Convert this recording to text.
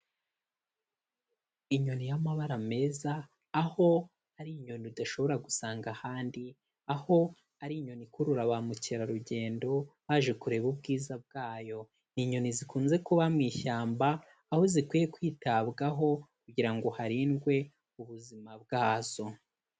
Inyoni y'amabara meza, aho ari inyoni udashobora gusanga ahandi, aho ari inyoni ikurura ba mukerarugendo haje kureba ubwiza bwayo, ni inyoni zikunze kuba mu ishyamba, aho zikwiye kwitabwaho kugira ngo harindwe ubuzima bwazo.